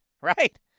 right